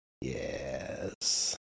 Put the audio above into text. Yes